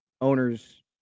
owners